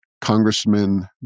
Congressman